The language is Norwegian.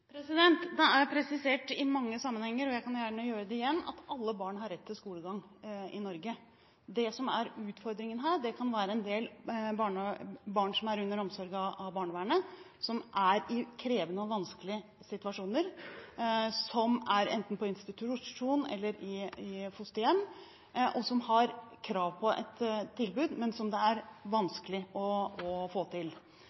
Det er presisert i mange sammenhenger – og jeg kan gjerne gjøre det igjen – at alle barn i Norge har rett til skolegang. Det som er utfordringen her, kan være en del barn som er under omsorg av barnevernet, som er i krevende og vanskelige situasjoner, som er enten på institusjon eller i fosterhjem, og som har krav på et tilbud, men som det er